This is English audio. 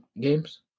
games